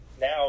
now